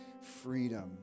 freedom